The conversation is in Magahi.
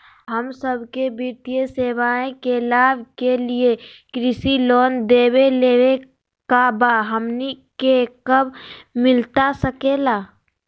हम सबके वित्तीय सेवाएं के लाभ के लिए कृषि लोन देवे लेवे का बा, हमनी के कब मिलता सके ला?